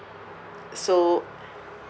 so